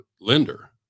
lender